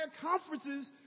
conferences